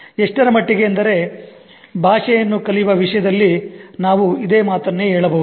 ಎಷ್ಟರಮಟ್ಟಿಗೆ ಎಂದರೆ ಭಾಷೆಯನ್ನು ಕಲಿಯುವ ವಿಷಯದಲ್ಲಿ ನಾವು ಇದೇ ಮಾತನ್ನು ಹೇಳಬಹುದು